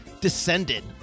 descended